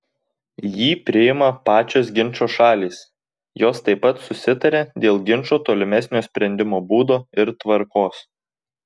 jį priima pačios ginčo šalys jos taip pat susitaria dėl ginčo tolimesnio sprendimo būdo ir tvarkos